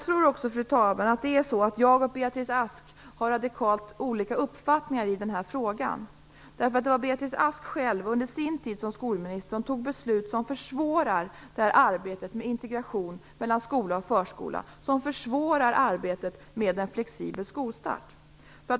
Fru talman! Jag tror att jag och Beatrice Ask har radikalt olika uppfattningar i den här frågan. Det var Beatrice Ask själv som under sin tid som skolminister fattade beslut som försvårar arbetet med integration mellan skola och förskola och som försvårar arbetet med en flexibel skolstart.